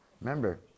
Remember